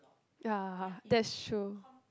ya that's true